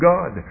God